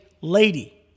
lady